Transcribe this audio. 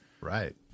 Right